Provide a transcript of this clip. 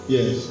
Yes